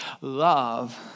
Love